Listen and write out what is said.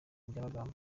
byabagamba